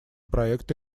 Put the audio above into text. проекты